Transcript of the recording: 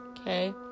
okay